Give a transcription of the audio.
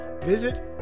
visit